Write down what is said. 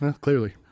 Clearly